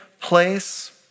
place